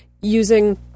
Using